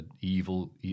evil